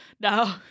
no